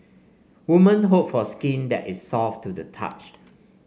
women hope for skin that is soft to the touch